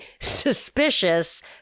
suspicious